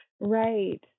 Right